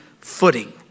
footing